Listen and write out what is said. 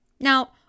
Now